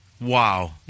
wow